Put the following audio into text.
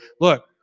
Look